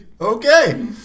Okay